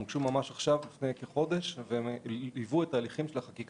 הן הוגשו לפני כחודש והן --- ההליכים של החקיקה